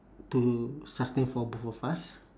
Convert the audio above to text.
to sustain for both of us